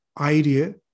idea